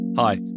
Hi